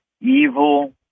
evil